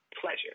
Pleasure